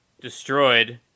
destroyed